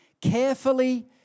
Carefully